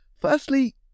Firstly